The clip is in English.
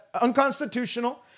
unconstitutional